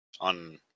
on